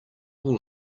will